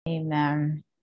Amen